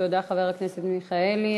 תודה, חבר הכנסת מיכאלי.